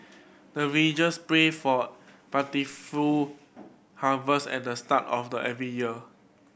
the villagers pray for plentiful harvest at the start of the every year